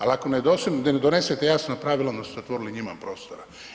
Ali ako ne donesete jasna pravila, onda ste otvorili njima prostora.